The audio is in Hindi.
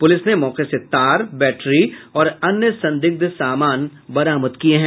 पूलिस ने मौके से तार बैट्री और अन्य संदिग्ध सामान बरामद किये हैं